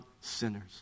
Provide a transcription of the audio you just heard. sinners